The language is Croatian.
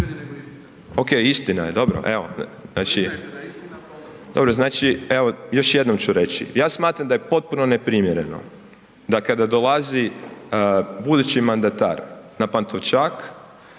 znači, evo još jednom ću reći. Ja smatram da je potpuno neprimjereno da kada dolazi budući mandatar na Pantovčak